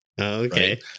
okay